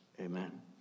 Amen